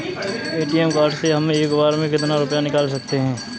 ATM card से हम एक बार में कितना रुपया निकाल सकते हैं?